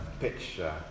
picture